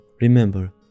Remember